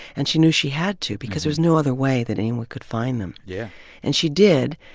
and she knew she had to because there was no other way that anyone could find them. yeah and she did.